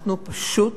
אנחנו פשוט